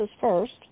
first